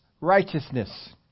righteousness